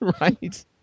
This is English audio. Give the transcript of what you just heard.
right